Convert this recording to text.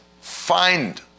find